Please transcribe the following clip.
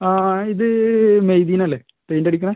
ആ ഇത് മെയ്ദീൻ അല്ലേ പെയിൻറ് അടിക്കുന്ന